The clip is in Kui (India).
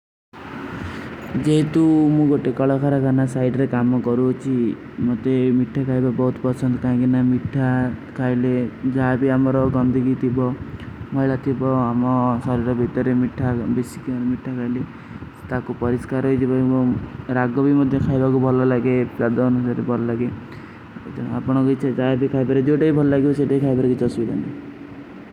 ମୁଝେ କଲକଖରକାନା ସାଇଡର କାମ କରୋ, ମୁଝେ ମିଠା କହାଈବା ବହୁତ ପସଂଦ। କ୍ଯାଂକି ମିଠା ଖାଈଲେ ଜାଯବୀ ଆମାରୋ ଗଂଦିଗୀ ଥୀ ବୋ, ମୈଲା ଥୀ ବୋ, ଆମା ସର୍ଡର ବେଟରେ ମିଠା ଖାଈଲେ। ତାକୋ ପରିଶ୍କାର ହୈ ଜିବାଈ ମୁଝେ ରାଗଵୀ ମେଂ ଖାଈଲା କୋ ଭଲା ଲାଗେ, ପ୍ଯାଦାନୋଂ ସେ ଭଲା ଲାଗେ। ଆପନୋଂ ଗୁଛେ ଜାଯବୀ ଖାଈବେରେ ଜୋ ତାଈ ଭଲା ଲାଗେ ଵୋ ସେ ତାଈ ଖାଈବେରେ ଗୁଛେ ସ୍ଵିଦଂଦ।